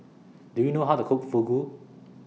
Do YOU know How to Cook Fugu